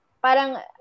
parang